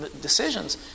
decisions